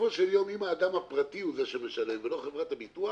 בסופו של יום אם האדם הפרטי הוא שמשלם ולא חברת הביטוח,